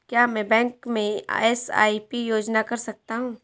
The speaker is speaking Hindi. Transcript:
क्या मैं बैंक में एस.आई.पी योजना कर सकता हूँ?